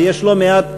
ויש לא מעט,